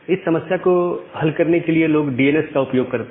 इस समस्या को हल करने के लिए लोग डीएनएस का उपयोग करते हैं